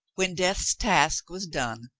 when death's task was done,